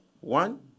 one